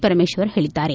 ಪರಮೇಶ್ವರ್ ಹೇಳಿದ್ದಾರೆ